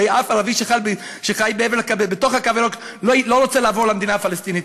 הרי אף ערבי שחי בתוך הקו הירוק לא רוצה לעבור למדינה הפלסטינית,